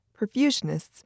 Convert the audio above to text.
perfusionists